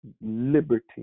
liberty